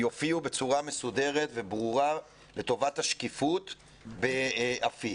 יופיעו בצורה מסודרת וברורה לטובת השקיפות באפיק.